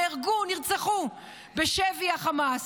נהרגו, נרצחו בשבי החמאס.